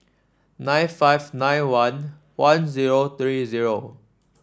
nine five nine one one zero three zero